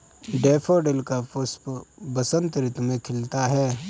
daffodil का पुष्प बसंत ऋतु में खिलता है